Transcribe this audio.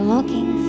Looking